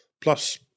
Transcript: plus